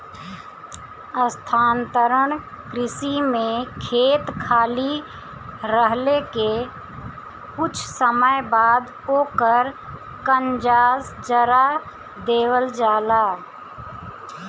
स्थानांतरण कृषि में खेत खाली रहले के कुछ समय बाद ओकर कंजास जरा देवल जाला